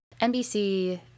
NBC